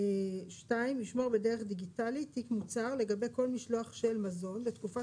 2. ישמור בדרך דיגיטלית תיק מוצר לגבי כל משלוח של מזון לתקופה